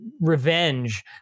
revenge